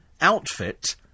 outfit